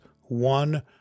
one